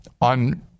on